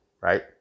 right